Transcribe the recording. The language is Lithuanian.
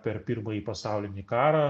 per pirmąjį pasaulinį karą